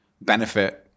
benefit